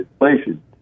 inflation